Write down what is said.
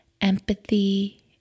empathy